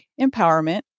empowerment